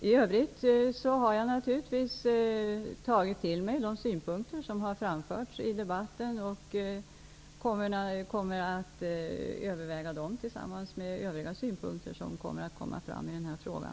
I övrigt har jag naturligtvis tagit till mig de synpunkter som har framförts i debatten, och jag kommer att överväga dem tillsammans med övriga synpunkter som kommer fram i den här frågan.